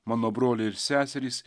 mano broliai ir seserys